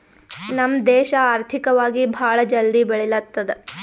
ನಮ್ ದೇಶ ಆರ್ಥಿಕವಾಗಿ ಭಾಳ ಜಲ್ದಿ ಬೆಳಿಲತ್ತದ್